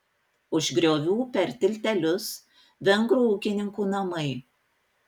už griovių per tiltelius vengrų ūkininkų namai